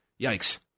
yikes